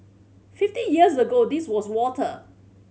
fifty years ago this was water